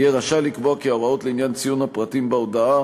יהיה רשאי לקבוע כי ההוראות לעניין ציון הפרטים בהודעה